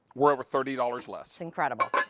we're over thirty dollars less. incredible.